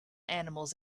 animals